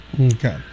Okay